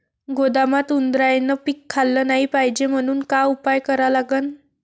गोदामात उंदरायनं पीक खाल्लं नाही पायजे म्हनून का उपाय करा लागन?